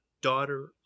daughter